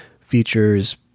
features